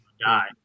die